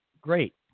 Great